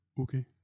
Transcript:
Okay